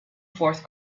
fourth